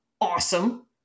awesome